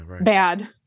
bad